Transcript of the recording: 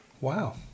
wow